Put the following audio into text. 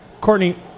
Courtney